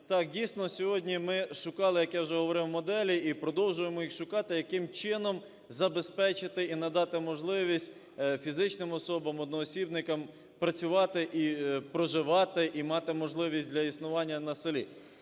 Так, дійсно, сьогодні ми шукали, як я вже говорив, моделі, і продовжуємо їх шукати, яким чином забезпечити і надати можливість фізичним особам-одноосібникам працювати і проживати, і мати можливість для існування на селі.